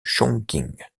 chongqing